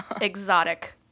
Exotic